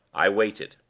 i waited.